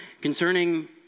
concerning